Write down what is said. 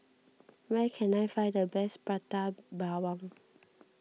where can I find the best Prata Bawang